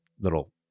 little